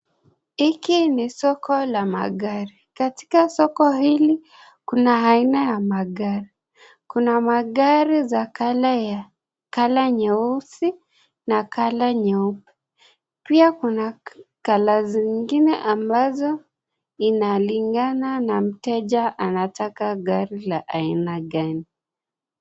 Hiki ni soko la magari, katika soko hili kuna aina ya magari , kuna magari ya kala kala nyeusi na kala nyeupe pia Kuna rangi zingine zinzlingana na mteja anataka gari ya aina gani.